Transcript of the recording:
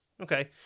Okay